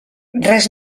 res